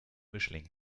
mischling